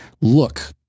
look